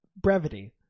brevity